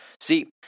See